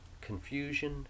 confusion